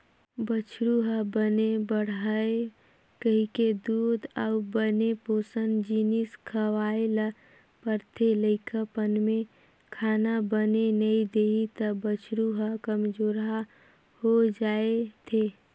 बछरु ह बने बाड़हय कहिके दूद अउ बने पोसन जिनिस खवाए ल परथे, लइकापन में खाना बने नइ देही त बछरू ह कमजोरहा हो जाएथे